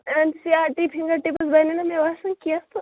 N C R T fingertips بنن نہٕ مےٚ باسان کیٚنٛہہ تہٕ